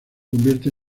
convierte